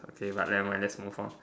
okay but never mind let's move on